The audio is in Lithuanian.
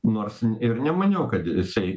nors ir nemaniau kad jisai